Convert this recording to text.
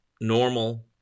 normal